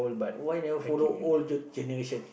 why never follow old dude generation